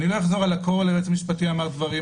אני לא אחזור על הכל היועץ המשפטי אמר דברים,